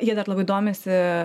jie dar labai domisi